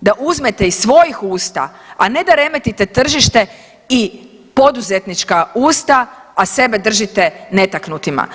da uzmete iz svojih usta, a ne da remetite tržište i poduzetnička usta, a sebe držite netaknutima.